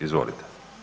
Izvolite.